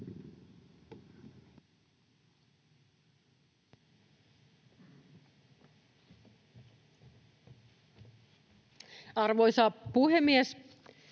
Arvoisa puhemies!